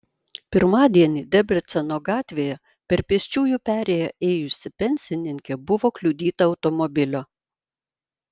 pirmadienį debreceno gatvėje per pėsčiųjų perėję ėjusi pensininkė buvo kliudyta automobilio